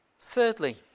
Thirdly